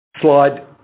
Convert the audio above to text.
Slide